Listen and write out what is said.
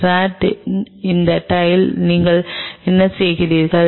rod இன் அந்த tile நீங்கள் என்ன செய்கிறீர்கள்